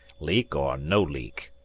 leak or no leak.